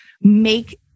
make